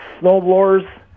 Snowblowers